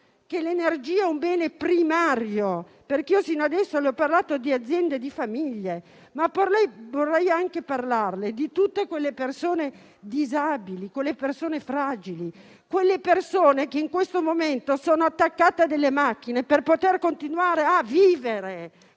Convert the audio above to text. che l'energia è un bene primario. Fino ad ora, infatti, le ho parlato di aziende e di famiglie, ma potrei anche parlarle di tutte quelle persone disabili e fragili, che in questo momento sono attaccate a delle macchine per poter continuare a vivere.